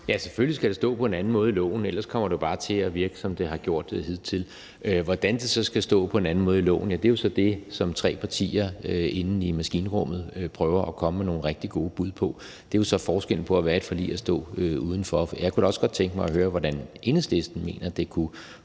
Ja, selvfølgelig skal det stå på en anden måde i loven. Ellers kommer det jo bare til at virke, som det har gjort hidtil. Hvordan det så skal stå på en anden måde i loven, er jo så det, som tre partier inde i maskinrummet prøver at komme med nogle rigtig gode bud på. Det er jo så forskellen på at være i et forlig og stå udenfor. Jeg kunne da også godt tænke mig at høre, hvordan Enhedslisten mener at det kunne